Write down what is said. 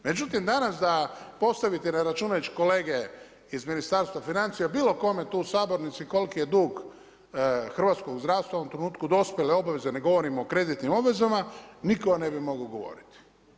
Međutim, danas da postavite ne računajući kolege iz Ministarstva financija bilo kome tu u sabornici koliki je dug hrvatskog zdravstva u ovom trenutku dospjele obaveze, ne govorim o kreditnim obvezama, nitko vam ne bi mogao govoriti.